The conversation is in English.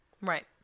Right